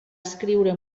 escriure